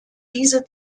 diese